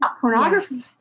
pornography